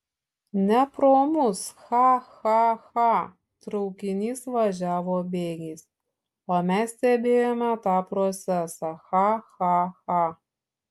ne pro mus cha cha cha traukinys važiavo bėgiais o mes stebėjome tą procesą cha cha cha